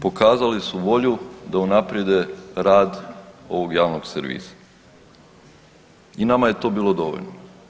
Pokazali su volju da unaprijede rad ovog javnog servisa i nama je to bilo dovoljno.